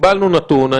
קיבלנו נתון.